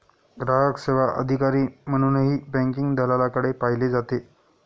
ग्राहक सेवा अधिकारी म्हणूनही बँकिंग दलालाकडे पाहिले जाते